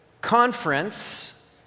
conference